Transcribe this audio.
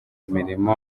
imirimo